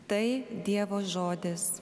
tai dievo žodis